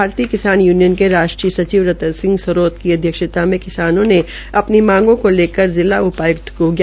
भारतीय किसान यूनियन के राष्ट्रीय सचिव रतन सिंह सौरोत की अध्यक्षता मे किसानों ने अपनी मांगों को लेकर जिला उपायुक्त को जापन भी सौंपा